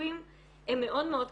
הסיפורים הם מאוד מאוד קשים.